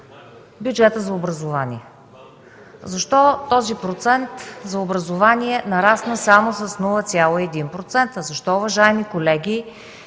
бюджета за образование. Защо този процент за образование нарасна само с 0,1%? Защо, уважаеми колеги,